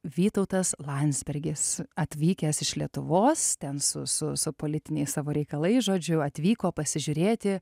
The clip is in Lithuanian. vytautas landsbergis atvykęs iš lietuvos ten su su su politiniais savo reikalais žodžiu atvyko pasižiūrėti